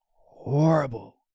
horrible